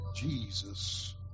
Jesus